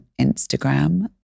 Instagram